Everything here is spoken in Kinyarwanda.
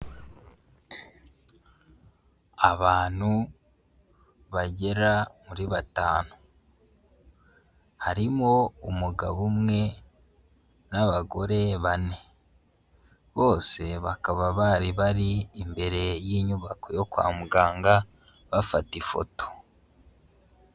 Abantu bagera muri batanu, harimo umugabo umwe n'abagore bane bose bakaba bari bari imbere y'inyubako yo kwa muganga bafata ifoto.